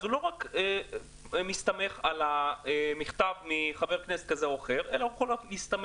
אז הוא לא רק מסתמך על מכתב מחבר כנסת כזה או אחר אלא הוא יכול להסתמך